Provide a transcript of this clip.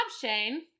shane